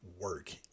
work